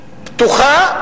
פתוחה,